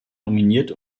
nominiert